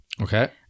Okay